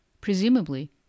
Presumably